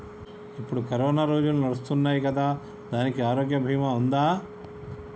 ఇప్పుడు కరోనా రోజులు నడుస్తున్నాయి కదా, దానికి ఆరోగ్య బీమా ఉందా?